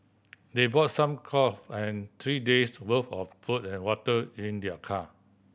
they brought some clothes and three days' worth of food and water in their car